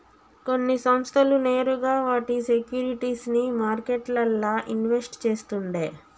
కొన్ని సంస్థలు నేరుగా వాటి సేక్యురిటీస్ ని మార్కెట్లల్ల ఇన్వెస్ట్ చేస్తుండే